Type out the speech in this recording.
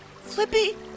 Flippy